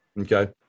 Okay